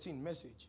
message